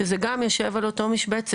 שזה גם יושב על אותה משבצת,